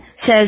says